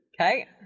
Okay